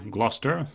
Gloucester